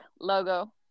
logo